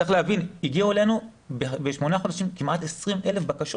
צריך להבין שבשמונה חודשים הגיעו אלינו כמעט 20,000 בקשות.